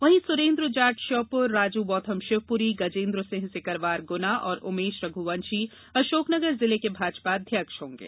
वहीं सुरेन्द्र जाट श्योपुर राजू बाथम शिवपुरी गजेन्द्र सिंह सिकरवार गुना और उमेश रघुवंशी अशोकनगर जिले के भाजपा अध्यक्ष होंगे